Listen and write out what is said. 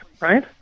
right